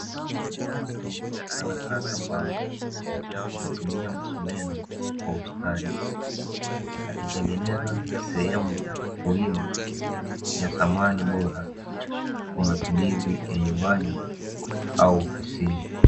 Mtu anakataka mbao, kwa kutumia msumeno kwa ustadi, akitengeneza sehemu muhimu ya samani bora, kwa matumizi ya nyumbani au ofisini.